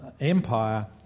empire